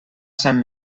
sant